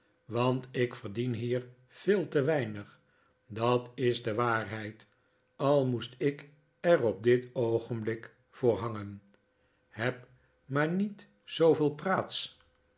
want ik verdien hier veel te weinig dat is de waarheid al moest ik er op dit oogenblik voor hangen heb maar niet zooveel praats